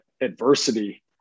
adversity